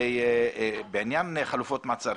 בעניין חלופות מעצר.